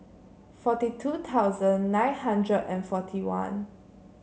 forty two thousand nine hundred and forty one